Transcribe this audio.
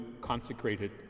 consecrated